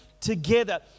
together